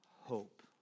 hope